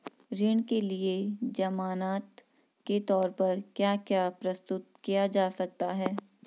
ऋण के लिए ज़मानात के तोर पर क्या क्या प्रस्तुत किया जा सकता है?